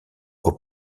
aux